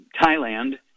Thailand